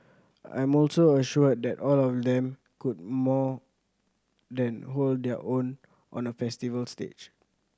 I'm also assured that all of them could more than hold their own on a festival stage